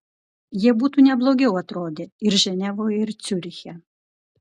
jie būtų ne blogiau atrodę ir ženevoje ar ciuriche